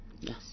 Yes